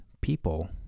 people